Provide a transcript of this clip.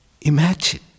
Imagine